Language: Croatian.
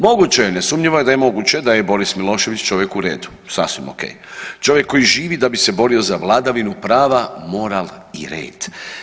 Moguće je, nesumnjivo je da je moguće da je Boris Milošević čovjek u redu, sasvim o.k. Čovjek koji živi da bi se borio za vladavinu prava, moral i red.